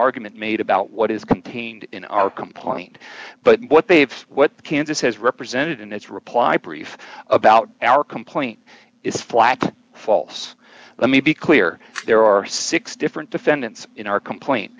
argument made about what is contained in our complaint but what they've what qantas has represented in its reply brief about our complaint is flat false let me be clear there are six different defendants in our complaint